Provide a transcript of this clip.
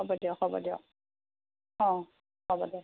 হ'ব দিয়ক হ'ব দিয়ক অঁ হ'ব দিয়ক